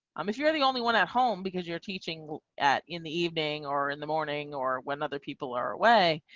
um if you're the only one at home because you're teaching at in the evening or in the morning or when other people are away.